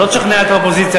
לא תשכנע את האופוזיציה,